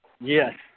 Yes